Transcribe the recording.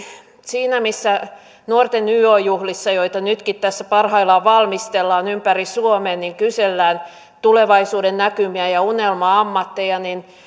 siinä missä nuorten yo juhlissa joita nytkin tässä parhaillaan valmistellaan ympäri suomen kysellään tulevaisuudennäkymiä ja unelma ammatteja